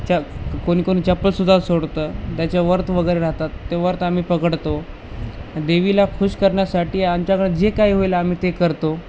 च कोणी कोणी चप्पलसुद्धा सोडतं त्याचे व्रतवगैरे राहतात ते व्रत आम्ही पकडतो देवीला खूष करण्यासाठी आमच्याकडे जे काय होईल आम्ही ते करतो